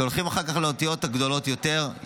כשהולכים אחר כך לאותיות הגדולות יותר,